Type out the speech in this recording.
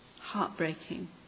heartbreaking